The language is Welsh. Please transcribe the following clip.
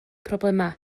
problemau